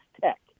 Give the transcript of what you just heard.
Tech